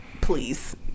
Please